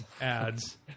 ads